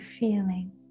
feeling